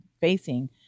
facing